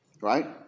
Right